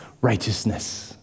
righteousness